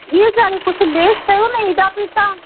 ॿीं हज़ार कुझु लेस कयो न हेॾा पैसा